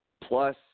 plus